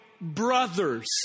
brothers